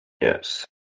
Yes